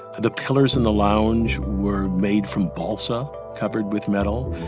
the pillars in the lounge were made from balsa covered with metal.